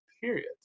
period